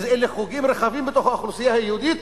ואלה חוגים רחבים בתוך האוכלוסייה היהודית,